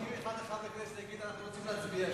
אם אחד מחברי הכנסת יגיד: אנחנו רוצים להצביע,